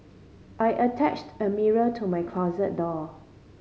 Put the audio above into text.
I attached a mirror to my closet door